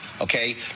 Okay